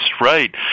right